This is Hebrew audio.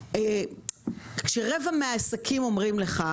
כשרבע מהעסקים אומרים לך: